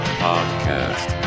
podcast